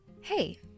Hey